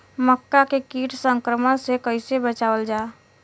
मक्का के कीट संक्रमण से कइसे बचावल जा?